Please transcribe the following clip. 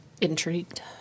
Intrigued